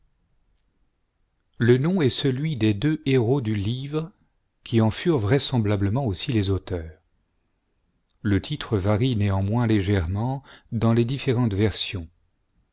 le nom est celui des deux héros du livre qui en furent vraisemblablement aussi les auteurs le titre varie néanmoins légèrement dans les diu'érentes versions